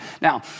Now